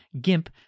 GIMP